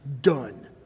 done